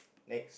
next